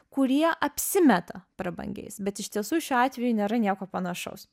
kurie apsimeta prabangiais bet iš tiesų šiuo atveju nėra nieko panašaus